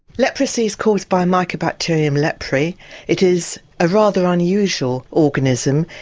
leprosy is caused by micro bacterium leprae it is a rather unusual organism.